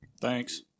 Thanks